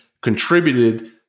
contributed